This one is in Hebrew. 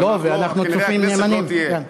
אבל כנראה הכנסת לא תהיה.